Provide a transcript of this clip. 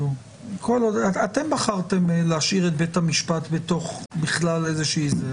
אתם בחרתם להשאיר את בית המשפט בתוך זה,